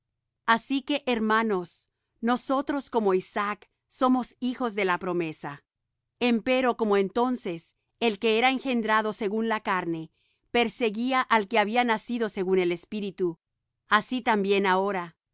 hijos de la promesa empero como entonces el que era engendrado según la carne perseguía al que había nacido según el espíritu así también ahora